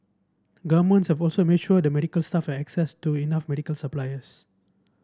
governments have also made sure the medical staff access to enough medical supplies